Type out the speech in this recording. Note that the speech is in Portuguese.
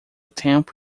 tempo